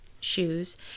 shoes